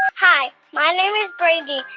hi. my name is brady,